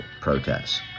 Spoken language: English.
protests